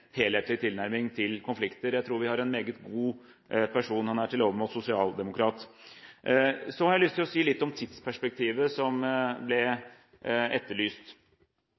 helhetlig tilnærming til konflikter. Jeg tror vi har en meget god person, og han er til overmål sosialdemokrat. Så har jeg lyst til å si litt om tidsperspektivet – det ble etterlyst.